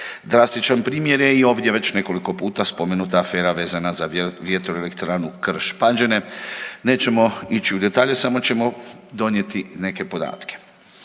Drastičan primjer je i ovdje već nekoliko puta spomenuta afera vezana za vjetroelektranu Krš Pađene, nećemo ići u detalje samo ćemo donijeti neke podatke.